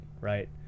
right